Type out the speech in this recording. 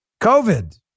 COVID